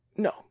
no